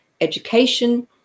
education